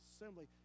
assembly